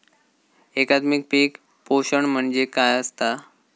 एकात्मिक पीक पोषण म्हणजे काय असतां?